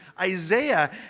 Isaiah